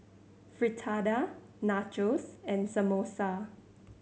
Fritada Nachos and Samosa